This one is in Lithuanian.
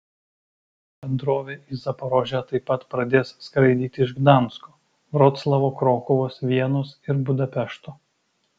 bendrovė į zaporožę taip pat pradės skraidyti iš gdansko vroclavo krokuvos vienos ir budapešto